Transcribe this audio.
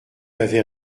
avais